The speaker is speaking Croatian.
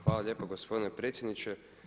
Hvala lijepa gospodine predsjedniče.